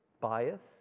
bias